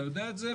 אתה יודע את זה,